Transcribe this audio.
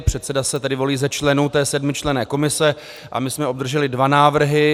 Předseda se tedy volí z členů té sedmičlenné komise a my jsme obdrželi dva návrhy.